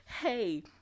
hey